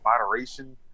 moderation